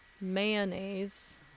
mayonnaise